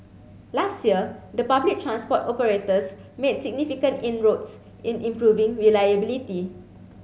last year the public transport operators made significant inroads in improving reliability